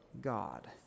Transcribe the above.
God